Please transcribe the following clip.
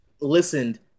listened